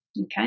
Okay